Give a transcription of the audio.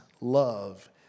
love